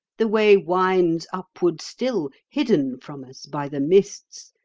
the way winds upward still, hidden from us by the mists,